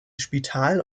spital